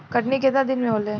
कटनी केतना दिन में होखे?